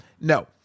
No